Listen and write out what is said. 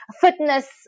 fitness